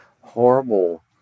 horrible